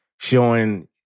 Showing